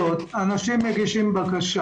איך הוא ניתן?